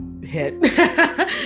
Hit